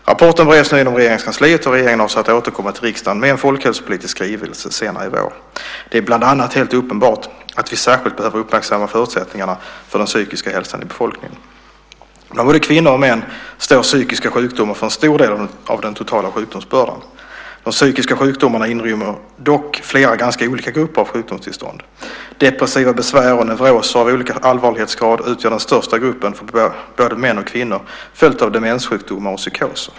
Rapporten bereds nu inom Regeringskansliet, och regeringen avser att återkomma till riksdagen med en folkhälsopolitisk skrivelse senare i vår. Det är bland annat helt uppenbart att vi särskilt behöver uppmärksamma förutsättningarna för den psykiska hälsan i befolkningen. Bland både kvinnor och män står psykiska sjukdomar för en stor del av den totala sjukdomsbördan. De psykiska sjukdomarna inrymmer dock flera ganska olika grupper av sjukdomstillstånd. Depressiva besvär och neuroser av olika allvarlighetsgrad utgör den största gruppen för både män och kvinnor, följt av demenssjukdomar och psykoser.